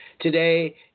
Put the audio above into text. Today